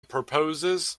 proposes